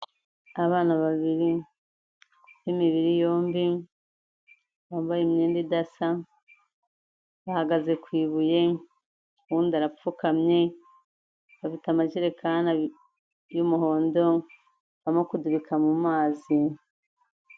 Abana babiri b'imibiri yombi bambaye imyenda idasa, bahagaze ku ibuye, uwundi arapfukamye, bafite amajerekani y'umuhondo barimo kudubika mu mazi.